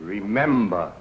remember